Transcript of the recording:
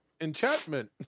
enchantment